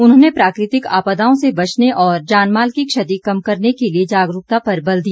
उन्होंने प्राकृतिक आपदाओं से बचने और जानमाल की क्षति कम करने के लिए जागरूकता पर बल दिया